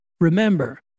remember